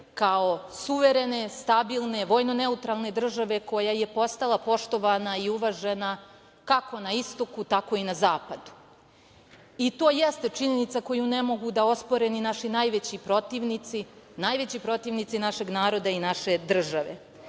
kao suverene, stabilne, vojno neutralne države koja je postala poštovana i uvažena, kako na istoku, tako i na zapadu. To jeste činjenica koju ne mogu da ospore ni naši najveći protivnici, najveći protivnici našeg naroda i naše države.